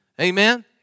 Amen